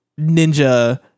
Ninja